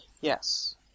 Yes